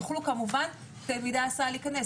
יוכלו כמובן תלמידי ההסעה להיכנס.